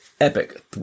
epic